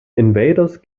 invaders